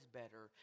better